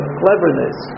cleverness